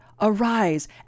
arise